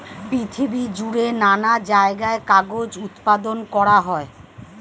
পৃথিবী জুড়ে নানা জায়গায় কাগজ উৎপাদন করা হয়